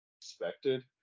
expected